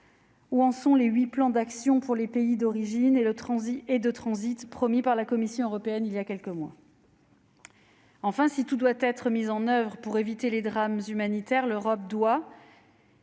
Où en sont les huit plans d'action pour les pays d'origine et de transit promis par la Commission européenne voilà quelques mois ? Enfin, si tout doit être mis en oeuvre pour éviter les drames humanitaires, l'Europe doit